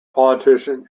politician